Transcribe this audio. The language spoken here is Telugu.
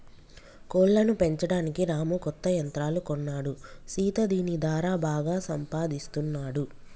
కోళ్లను పెంచడానికి రాము కొత్త యంత్రాలు కొన్నాడు సీత దీని దారా బాగా సంపాదిస్తున్నాడు